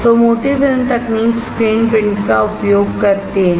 तो मोटी फिल्म तकनीक स्क्रीन प्रिंटिंग का उपयोग करती है